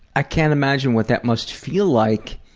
i can't imagine what that must feel like,